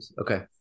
okay